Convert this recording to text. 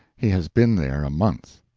he has been there a month.